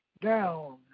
down